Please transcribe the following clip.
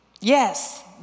yes